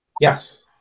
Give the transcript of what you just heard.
Yes